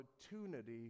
opportunity